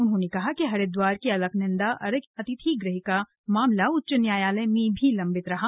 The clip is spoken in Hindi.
उन्होंने कहा कि हरिद्वार के अलकनंदा अतिथि गृह का मामला उच्च न्यायालय में भी लंबित रहा